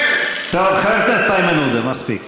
טוב, חבר הכנסת עודה, מספיק.